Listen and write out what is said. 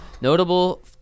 Notable